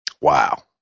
Wow